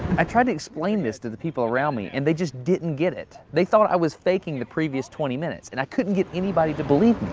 i tried to explain this to the people around me, and they just didn't get it. they thought i was faking the previous twenty minutes and i couldn't get anybody to believe